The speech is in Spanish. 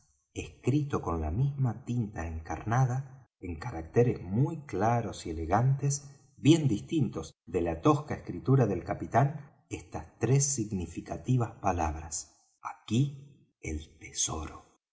escrito con la misma tinta encarnada en caracteres muy claros y elegantes bien distintos de la tosca escritura del capitán estas tres significativas palabras aquí el tesoro